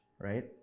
right